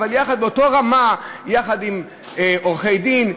אבל באותה רמה יחד עם עורכי-דין,